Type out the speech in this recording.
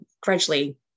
gradually